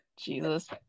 Jesus